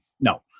no